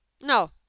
No